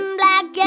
black